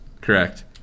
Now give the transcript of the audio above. Correct